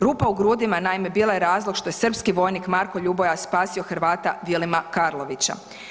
Rupa u grudima naime bila je razlog što je srpski vojnik Marko Ljuboja spasio Hrvata Vilima Karlovića.